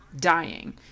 dying